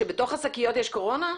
שבתוך השקיות יש קורונה?